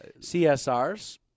CSRs